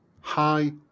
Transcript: Hi